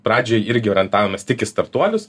pradžioj irgi orientavomės tik į startuolius